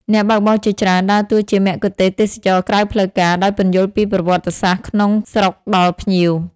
អ្នកបើកបរជាច្រើនដើរតួជាមគ្គុទ្ទេសក៍ទេសចរណ៍ក្រៅផ្លូវការ ដោយពន្យល់ពីប្រវត្តិសាស្ត្រក្នុងស្រុកដល់ភ្ញៀវ។